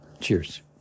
Cheers